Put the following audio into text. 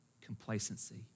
complacency